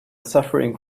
suffering